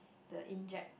the inject